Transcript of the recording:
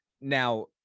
now